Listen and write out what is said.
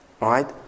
Right